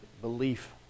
belief